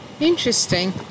Interesting